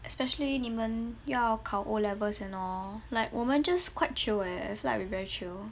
especially 你们要考 O levels and all like 我们 just quite chill eh I feel like we very chill